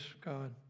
God